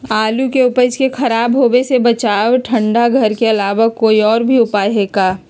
आलू के उपज के खराब होवे से बचाबे ठंडा घर के अलावा कोई और भी उपाय है का?